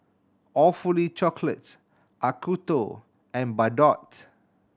Awfully Chocolate Acuto and Bardot